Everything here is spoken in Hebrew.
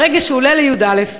ברגע שהם עולים לי"א,